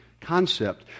concept